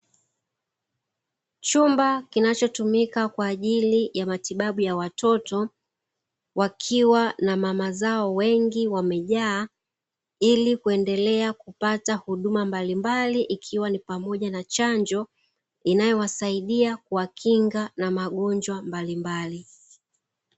Chumba kinachotumika kwa ajili ya matibabu ya watoto wakiwa na mama zao, wengi wamejaa ili kuendelea kupata huduma mbalimbali ikiwa ni pamoja na chanjo inayowasaidia kuwakinga na magonjwa mbalimbali.